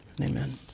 Amen